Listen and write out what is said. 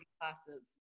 classes